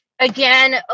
again